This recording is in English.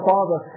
Father